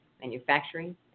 manufacturing